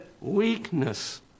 weakness